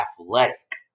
athletic